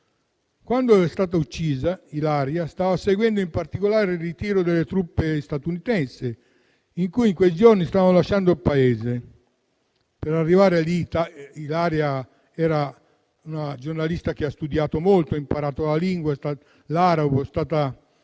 Quando è stata uccisa, Ilaria stava seguendo in particolare il ritiro delle truppe statunitensi, che in quei giorni stavano lasciando il Paese. Prima arrivare lì, Ilaria era una giornalista che aveva studiato molto, aveva imparato la lingua, l'arabo; era stata